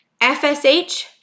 FSH